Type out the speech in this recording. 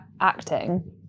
acting